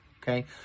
Okay